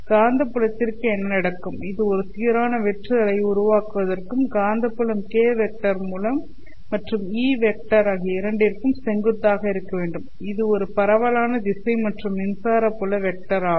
காந்தப்புலத்திற்கு என்ன நடக்கும் இது ஒரு சீரான வெற்று அலையை உருவாக்குவதற்கு காந்தப்புலம் k' வெக்டர் மற்றும் E' வெக்டர் ஆகிய இரண்டிற்கும் செங்குத்தாக இருக்க வேண்டும் இது ஒரு பரவலான திசை மற்றும் மின்சார புல வெக்டர் ஆகும்